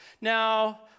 Now